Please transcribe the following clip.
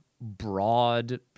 broad